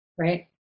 right